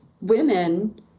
women